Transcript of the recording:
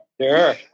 Sure